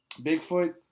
Bigfoot